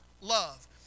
love